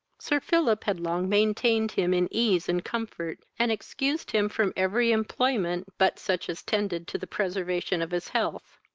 sir philip had long maintained him in ease and comfort, and excused him from every employment, but such as tended to the preservation of his health.